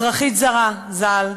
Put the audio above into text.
אזרחית זרה ז"ל,